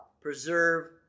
preserve